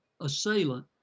assailant